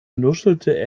nuschelte